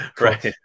Right